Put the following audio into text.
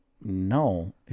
no